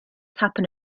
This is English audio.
happen